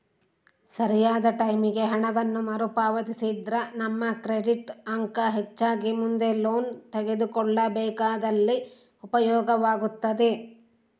ಸರಿಯಾದ ಟೈಮಿಗೆ ಹಣವನ್ನು ಮರುಪಾವತಿಸಿದ್ರ ನಮ್ಮ ಕ್ರೆಡಿಟ್ ಅಂಕ ಹೆಚ್ಚಾಗಿ ಮುಂದೆ ಲೋನ್ ತೆಗೆದುಕೊಳ್ಳಬೇಕಾದಲ್ಲಿ ಉಪಯೋಗವಾಗುತ್ತದೆ